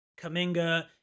Kaminga